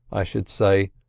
i should say,